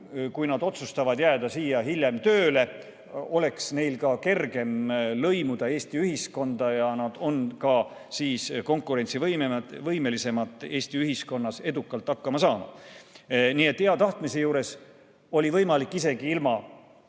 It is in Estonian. kui nad otsustavad jääda siia hiljem tööle, oleks neil siis ka kergem lõimuda Eesti ühiskonda ja nad on siis konkurentsivõimelisemad Eesti ühiskonnas edukalt hakkama saama. Nii et hea tahtmise juures oli võimalik isegi ilma